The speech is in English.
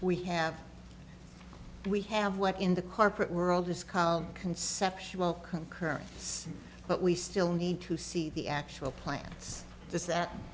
we have we have work in the corporate world has come conceptual concurrence but we still need to see the actual plants is that